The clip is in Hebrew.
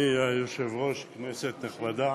אדוני היושב-ראש, כנסת נכבדה,